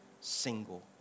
single